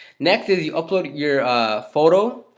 next is you upload your photo